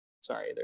Sorry